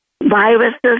viruses